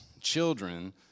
children